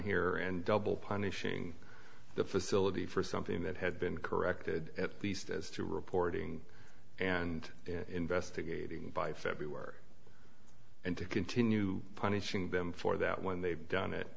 here and double punishing the facility for something that had been corrected at least as to reporting and investigating by february and to continue punishing them for that when they've done it